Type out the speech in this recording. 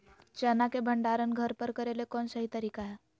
चना के भंडारण घर पर करेले कौन सही तरीका है?